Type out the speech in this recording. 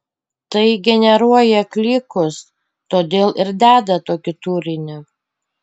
tai generuoja klikus todėl ir deda tokį turinį